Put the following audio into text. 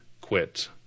quit